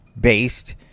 based